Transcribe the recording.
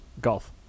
Golf